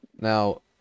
Now